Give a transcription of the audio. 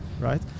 right